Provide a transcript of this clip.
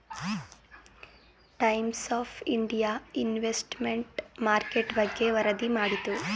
times of India investment market ಬಗ್ಗೆ ವರದಿ ಮಾಡಿತು